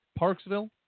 Parksville